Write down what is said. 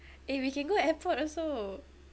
eh we can go airport also